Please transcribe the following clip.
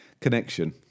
connection